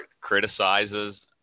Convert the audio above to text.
criticizes